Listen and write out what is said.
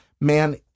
Man